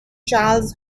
charles